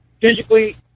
physically